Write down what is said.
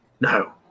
No